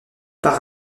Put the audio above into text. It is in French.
par